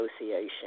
Association